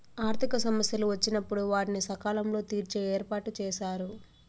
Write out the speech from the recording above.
ఆర్థిక సమస్యలు వచ్చినప్పుడు వాటిని సకాలంలో తీర్చే ఏర్పాటుచేశారు